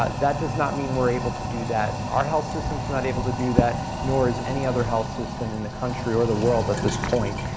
ah that does not mean we're able to do that. our health system's not able to do that, nor is any other health system in the country or the world at this point,